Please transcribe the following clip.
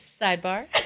Sidebar